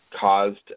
caused